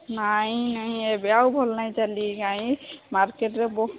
ନାଇଁ ନାଇଁ ଏବେ ଆଉ ଭଲ ନାଇଁ ଚାଲି ନାଇଁ ମାର୍କେଟରେ ବହୁ